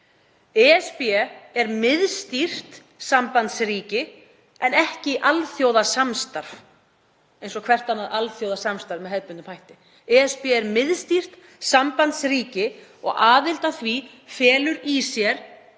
ESB er miðstýrt sambandsríki en ekki alþjóðasamstarf eins og hvert annað alþjóðasamstarf með hefðbundnum hætti. ESB er miðstýrt sambandsríki og aðild að því felur í sér